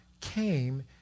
came